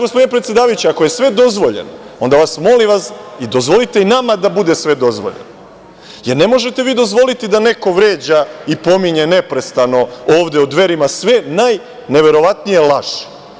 Gospodine predsedavajući, ako je sve dozvoljeno, onda vas molim, dozvolite i nama da bude sve dozvoljeno, jer ne možete vi dozvoliti da neko vređa i pominje neprestano ovde o Dverima sve najneverovatnije laži.